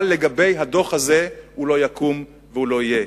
אבל לגבי הדוח הזה, הוא לא יקום והוא לא יהיה,